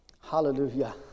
hallelujah